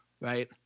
Right